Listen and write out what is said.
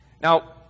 Now